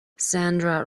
sandra